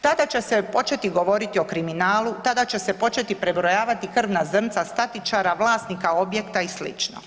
Tada će se početi govoriti o kriminalu, tada će se početi prebrojavati krvna zrnca statičara, vlasnika objekta i sl.